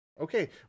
Okay